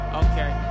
okay